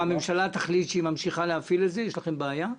הממשלה תחליט שהיא ממשיכה להפעיל את זה יש לכם בעיה?